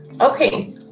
okay